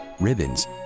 ribbons